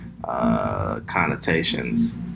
Connotations